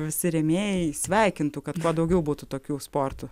visi rėmėjai sveikintų kad kuo daugiau būtų tokių sportų